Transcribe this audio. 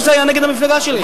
גם כשזה היה נגד המפלגה שלי.